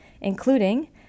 including